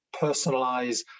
personalize